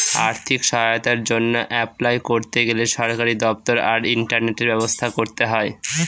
আর্থিক সহায়তার জন্য অ্যাপলাই করতে গেলে সরকারি দপ্তর আর ইন্টারনেটের ব্যবস্থা করতে হয়